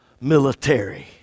military